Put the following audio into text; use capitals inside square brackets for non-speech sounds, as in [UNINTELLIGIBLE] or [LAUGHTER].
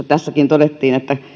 [UNINTELLIGIBLE] tässäkin todettiin että